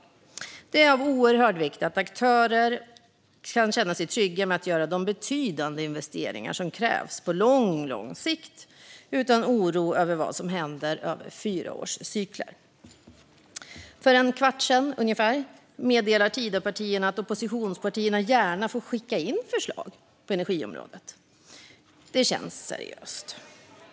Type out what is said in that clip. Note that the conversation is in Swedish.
Det är av oerhörd vikt att aktörer kan känna sig trygga med att göra de betydande investeringar som krävs på lång sikt utan oro för vad som händer över fyraårscykler. För ungefär en kvart sedan meddelade Tidöpartierna att oppositionspartierna gärna får skicka in förslag på energiområdet. Det känns ju seriöst.